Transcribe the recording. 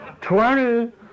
Twenty